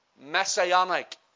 messianic